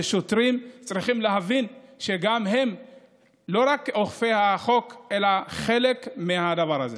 ושוטרים צריכים להבין שגם הם לא רק אוכפי החוק אלא חלק מהדבר הזה.